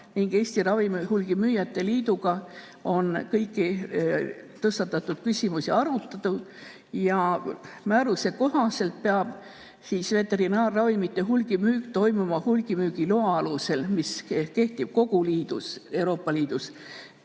ja Eesti Ravimihulgimüüjate Liiduga on kõiki tõstatatud küsimusi arutatud. Määruse kohaselt peab veterinaarravimite hulgimüük toimuma hulgimüügiloa alusel, mis kehtib kogu Euroopa Liidus.